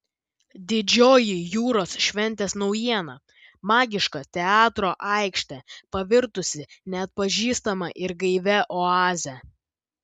didžioji jūros šventės naujiena magiška teatro aikštė pavirtusi neatpažįstama ir gaivia oaze